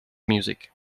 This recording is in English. music